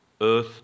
Earth